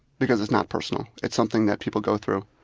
because it's not personal, it's something that people go through.